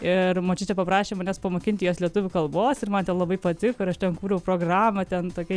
ir močiutė paprašė manęs pamokinti juos lietuvių kalbos ir man ten labai patiko ir aš ten kūriau programą ten tokia